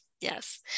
Yes